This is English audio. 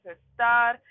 estar